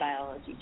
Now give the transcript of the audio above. biology